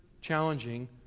challenging